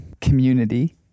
community